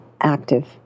active